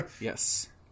Yes